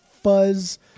Fuzz